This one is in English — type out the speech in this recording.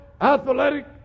athletic